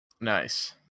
nice